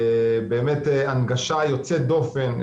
באמת הנגשה יוצאת דופן,